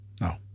No